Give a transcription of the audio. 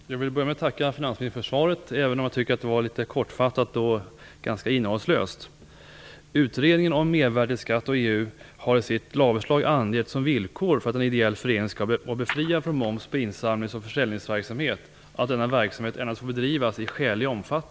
Herr talman! Jag vill börja med att tacka finansministern för svaret, även om jag tycker att det var litet kortfattat och ganska innehållslöst. Utredningen om mervärdesskatt och EU har i sitt lagförslag angett som villkor för att en ideell förening skall vara befriad från moms på insamlings och försäljningsverksamhet att denna verksamhet endast får bedrivas i skälig omfattning.